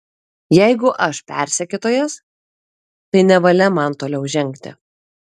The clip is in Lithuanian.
jeigu aš persekiotojas tai nevalia man toliau žengti